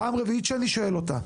פעם רביעית שאני שואל אותה,